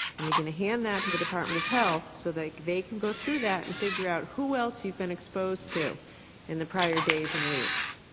and you're going to hand that to the department of health so they they can go through that and figure out who else you've been exposed to in the prior days and weeks.